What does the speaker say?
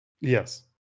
yes